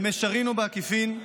במישרין או בעקיפין,